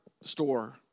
store